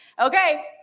okay